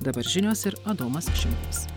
dabar žinios ir adomas šimkus